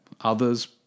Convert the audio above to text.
others